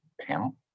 panel